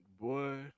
boy